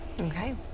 Okay